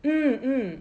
mm mm